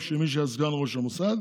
של מי שהיה סגן ראש המוסד.